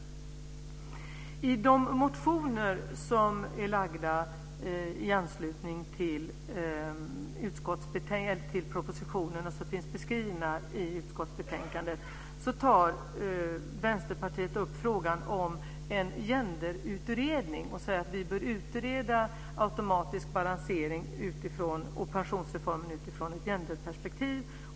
I de motioner som har väckts i anslutning till propositionen och som finns beskrivna i utskottsbetänkandet tar Vänsterpartiet upp frågan om en genderutredning. Vänsterpartiet säger att vi bör utreda automatisk balansering och pensionsreformen utifrån ett gender-perspektiv.